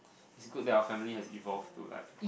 is good that our family has involve to like